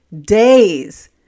days